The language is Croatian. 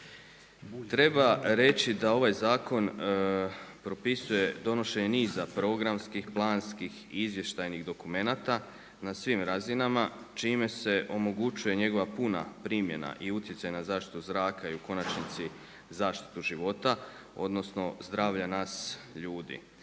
Treba reći da ovaj zakon propisuje donošenje niza programskih, planskih i izvještajnih dokumenata na svim raznima čime se omogućuje njegova puna primjena i utjecaj na zaštitu zraka i u konačnici zaštitu života odnosno zdravlja nas ljudi.